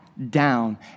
Down